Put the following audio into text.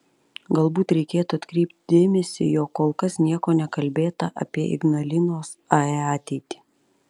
galbūt reikėtų atkreipti dėmesį jog kol kas nieko nekalbėta apie ignalinos ae ateitį